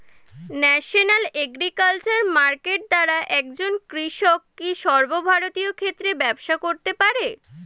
National agriculture market দ্বারা একজন কৃষক কি সর্বভারতীয় ক্ষেত্রে ব্যবসা করতে পারে?